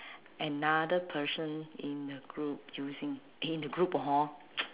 another person in a group using in a group hor